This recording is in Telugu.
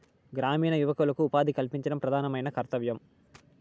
గ్రామీణ యువకులకు ఉపాధి కల్పించడం ప్రధానమైన కర్తవ్యం